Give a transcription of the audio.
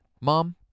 Mom